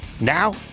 now